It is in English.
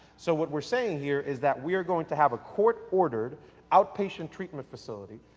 so, what we're saying here is that we're going to have a court ordered outpatient treatment facility,